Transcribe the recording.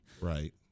Right